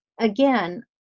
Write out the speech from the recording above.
Again